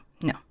no